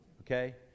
Okay